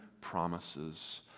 promises